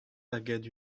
lakaat